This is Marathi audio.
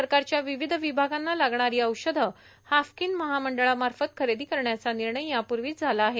सरकारच्या विविध विभागांना लागणारी औषधं हाफकीन महामंडळामार्फत खरेदी करण्याचा निर्णय यापूर्वीच झाला आहे